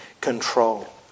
control